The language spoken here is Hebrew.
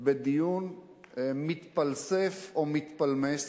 בדיון מתפלסף או מתפלמס,